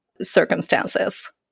circumstances